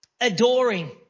Adoring